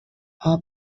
all